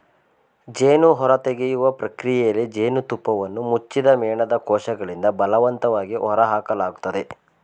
ಜೇನು ಹೊರತೆಗೆಯುವ ಪ್ರಕ್ರಿಯೆಯಲ್ಲಿ ಜೇನುತುಪ್ಪವನ್ನು ಮುಚ್ಚದ ಮೇಣದ ಕೋಶಗಳಿಂದ ಬಲವಂತವಾಗಿ ಹೊರಹಾಕಲಾಗ್ತದೆ